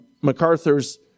MacArthur's